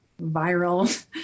viral